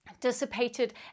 dissipated